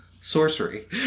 Sorcery